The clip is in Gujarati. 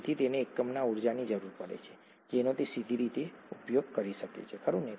તેથી તેને એકમોમાં ઊર્જાની જરૂર પડે છે જેનો તે સીધો ઉપયોગ કરી શકે ખરું ને